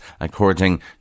according